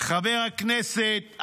חבר הכנסת,